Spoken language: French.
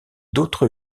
d’autres